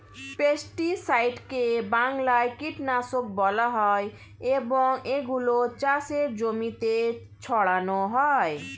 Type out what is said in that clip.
পেস্টিসাইডকে বাংলায় কীটনাশক বলা হয় এবং এগুলো চাষের জমিতে ছড়ানো হয়